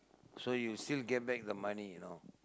so you still get back the money you know